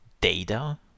data